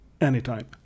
anytime